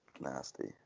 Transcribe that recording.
nasty